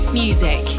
music